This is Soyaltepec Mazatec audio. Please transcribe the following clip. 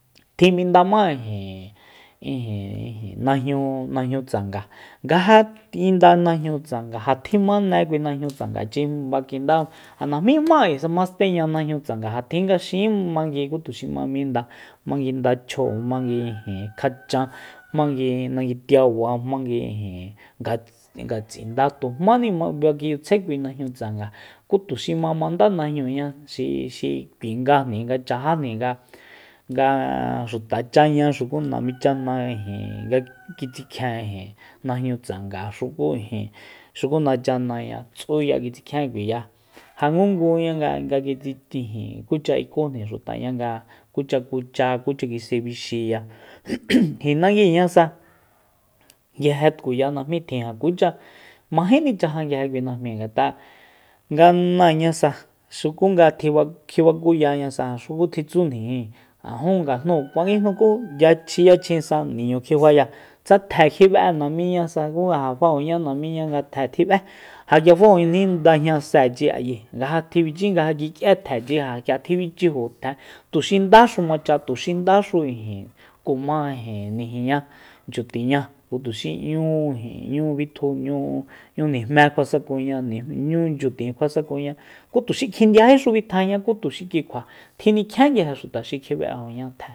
Tjimindama ijin ijin najñu- najñu tsanga nga ja inda najñu tsanga ja tjimane kui najñu tsangachi fa kinda ja najmíma 'k'uisa jma steña najñu tsanga ja tjin nga xin mangui ku tuxi ma minda mangui ndachjóo mangui ijin kjachan mangui nangui tiaba mangui ijin nga- ngatsinda tujmáni ma kinchyutsjae kui najñu tsanga ku tuxi ma mandá najñuñá xi- xi k'ui ngajni nga chajajnin ga- nga xutachaña xuku namicha'na ijin nga kitsikjien ijin najñu tsanga xuku ijin xuku nacha'naya tsuya kitsikjien kuiya ja ngunguña nga- nga kitsi ijin kucha ikujni xutaña nga kucha kuchá kucha ki'sebixiya k'ui nanguiñasa nguije tkuya najmí tjin ja kucha mají nichaja nguije kui najmi ngat'a nga náañasa xuku nga kjibakuyañasa ja xuku kitsújnijin ja jún ngajnúu kuanguijnu ku yachi xi yachjinsa niñu kjifaya tsa tje kjibe'e namíñasa ku ja fajoña namíña nga tjs tjib'é ja k'ia fajojni ndajñasechi ayi nga ja tjibichi nga ja kik'ié tjechi ja k'ia tjibichiju tje tuxi ndaxu macha tuxi ndaxu ijin kuma nijiña nchyutinña tuxi 'ñu-'ñu bitju 'ñu nijmé kjuasakuña 'ñu nchyutin kjuasakuña ku tuxi kjindiájíxu bitjaña tuxi ki kjua tjinikjien kui xuta xi kjibe'ejuña tje